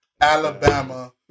Alabama